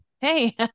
hey